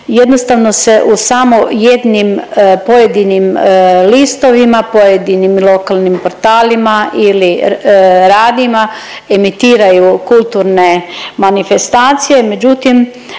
jednostavno se u samo jednim pojedinim listovima, pojedinim lokalnim portalima ili radijima emitiraju kulturne manifestacije, međutim